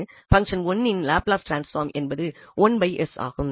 function 1இன் Laplace transform என்பது ஆகும்